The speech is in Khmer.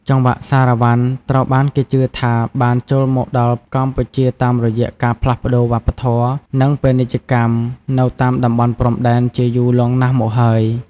ចង្វាក់សារ៉ាវ៉ាន់ ត្រូវបានគេជឿថាបានចូលមកដល់កម្ពុជាតាមរយៈការផ្លាស់ប្ដូរវប្បធម៌ និងពាណិជ្ជកម្មនៅតាមតំបន់ព្រំដែនជាយូរលង់ណាស់មកហើយ។